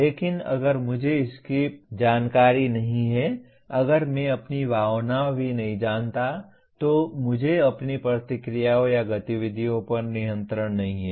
लेकिन अगर मुझे इसकी जानकारी नहीं है अगर मैं अपनी भावना भी नहीं जानता तो मुझे अपनी प्रतिक्रियाओं या गतिविधियों पर नियंत्रण नहीं है